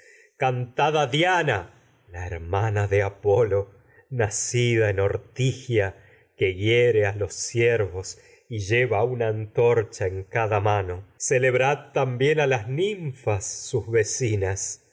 diana hiere a la hermana de apolo nacida los ciervos y a ortien gia cada que lleva las una antorcha sus mano celebrad también la ninfas vecinasyo